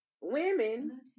women